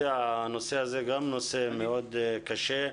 הנושא הזה הוא נושא מאוד קשה.